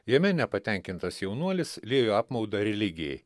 jame nepatenkintas jaunuolis liejo apmaudą religijai